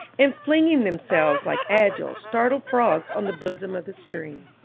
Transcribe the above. and flinging themselves like agile, startled frogs on the bosom of the stream.